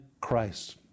Christ